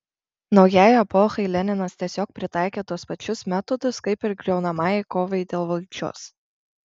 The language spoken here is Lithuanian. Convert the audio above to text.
naujai epochai leninas tiesiog pritaikė tuos pačius metodus kaip ir griaunamajai kovai dėl valdžios